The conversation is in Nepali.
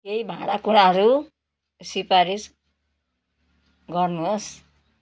केही भाँडा कुँडाहरू सिफारिस गर्नुहोस्